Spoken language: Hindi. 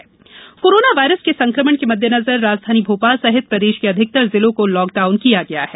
कोरोना प्रदेश कोरोना वायरस के संक्रमण के मद्देनजर राजधानी भोपाल सहित प्रदेश के अधिकतर जिलों को लॉकडाउन किया गया है